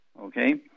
okay